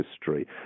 history